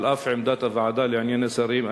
על אף עמדת ועדת השרים,